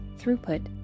throughput